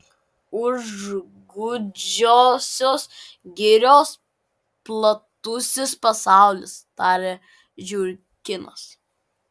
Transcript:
už gūdžiosios girios platusis pasaulis tarė žiurkinas